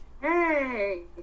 hey